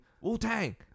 Wu-Tang